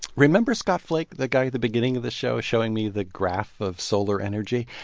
remember scott flake, the guy at the beginning of the show was showing me the graph of solar energy?